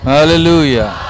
Hallelujah